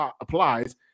applies